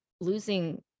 losing